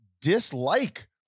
dislike